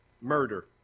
murder